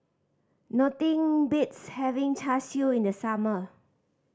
nothing beats having Char Siu in the summer